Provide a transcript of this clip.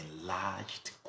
enlarged